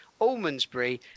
Almondsbury